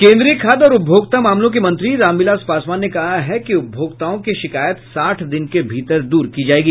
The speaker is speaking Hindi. केंद्रीय खाद्य और उपभोक्ता मंत्री रामविलास पासवान ने कहा है कि उपभोक्ताओं की शिकायत साठ दिन के भीतर दूर की जायेगी